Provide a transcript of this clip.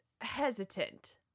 hesitant